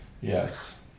yes